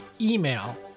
email